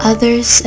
Others